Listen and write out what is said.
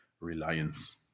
reliance